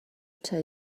tell